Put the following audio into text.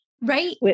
Right